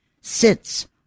sits